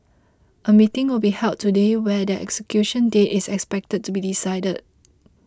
a meeting will be held today where their execution date is expected to be decided